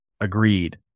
Agreed